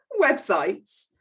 websites